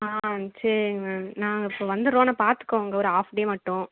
ஆ சரி மேம் நாங்கள் இப்போ வந்துடுறோம் ஆனால் பார்த்துக்கோங்க ஒரு ஹாஃப் டே மட்டும்